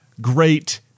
Great